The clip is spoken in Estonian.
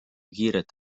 kiiret